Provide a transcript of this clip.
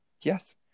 Yes